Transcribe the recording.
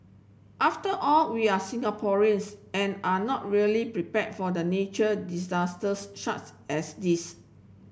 after all we are Singaporeans and are not really prepared for the nature disasters as this